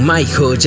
Michael